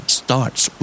starts